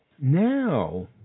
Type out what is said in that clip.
now